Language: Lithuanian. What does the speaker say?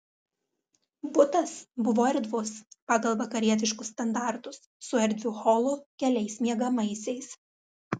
butas buvo erdvus pagal vakarietiškus standartus su erdviu holu keliais miegamaisiais